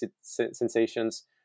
sensations